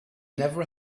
never